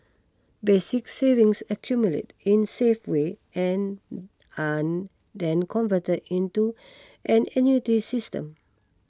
basic savings accumulate in safe way and then converted into an annuity system